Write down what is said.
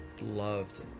loved